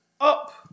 up